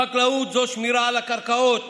חקלאות זו שמירה על הקרקעות,